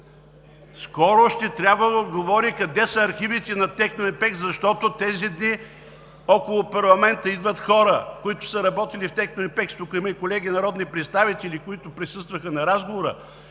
Скоро ще трябва да отговори къде са архивите на „Техноимпекс“, защото тези дни около парламента идват хора, които са работили в „Техноимпекс“. Тук има и колеги народни представители, които присъстваха на разговора.